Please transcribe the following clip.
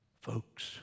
Folks